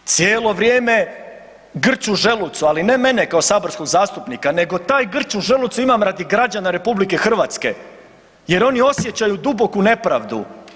Cijelo vrijeme grč u želucu, ali ne mene kao saborskog zastupnika nego taj grč u želucu imam radi građana RH jer oni osjećaju duboku nepravdu.